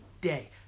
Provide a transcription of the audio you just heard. day